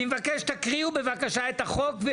אני מבקש שתקריאו, בבקשה, את החוק.